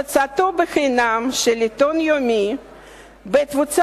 הפצתו בחינם של עיתון יומי בתפוצה